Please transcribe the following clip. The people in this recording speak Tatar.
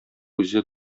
үзе